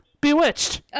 Bewitched